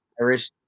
Irish